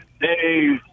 Hey